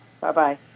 Bye-bye